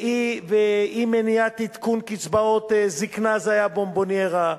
ואי-מניעת עדכון קצבאות זיקנה זה היה בונבוניירה,